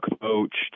coached